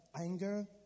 anger